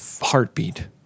heartbeat